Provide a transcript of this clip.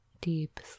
deep